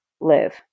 live